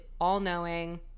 all-knowing